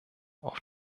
auf